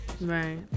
Right